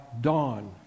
dawn